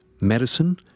medicine